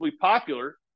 popular